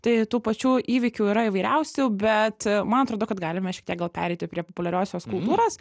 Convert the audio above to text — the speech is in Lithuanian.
tai tų pačių įvykių yra įvairiausių bet man atrodo kad galime šiek tiek gal pereiti prie populiariosios kultūros